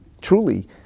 Truly